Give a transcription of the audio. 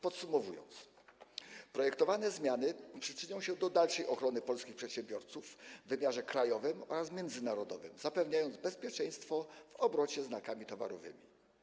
Podsumowując, należy stwierdzić, że projektowane zmiany przyczynią się do dalszej ochrony polskich przedsiębiorców w wymiarze krajowym oraz międzynarodowym, zapewniając bezpieczeństwo w obrocie znakami towarowymi.